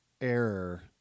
error